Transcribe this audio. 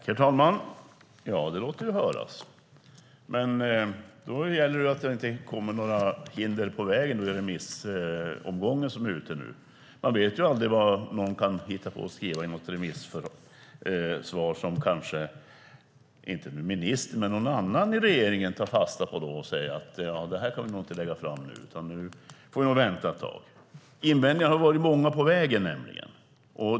Herr talman! Det låter sig höras! Då gäller det att det inte kommer några hinder i vägen under remissomgången som nu pågår. Man vet aldrig vad någon kan hitta på att skriva i ett remissvar, inte ministern men någon annan i regeringen, som tar fasta på något och säger att vi inte kan lägga fram det nu, utan vi får vänta ett tag. Invändningarna har nämligen varit många på vägen.